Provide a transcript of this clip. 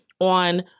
on